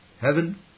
Heaven